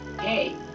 Hey